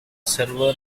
server